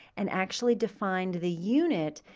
and actually defined the unit,